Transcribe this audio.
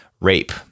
rape